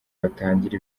batangire